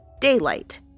daylight